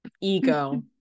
Ego